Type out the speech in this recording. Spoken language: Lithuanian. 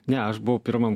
ne aš buvau pirmam